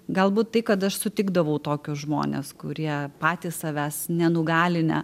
galbūt tai kad aš sutikdavau tokius žmones kurie patys savęs nenugalinę